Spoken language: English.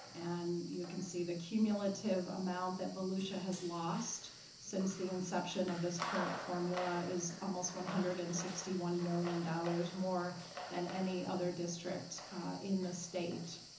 and you can see the cumulative amount that volusia has lost since the inception of this current formula is almost one hundred and sixty one million dollars more than any other district in the state.